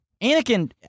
Anakin